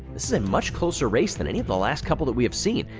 this is a much closer race than any of the last couple that we have seen.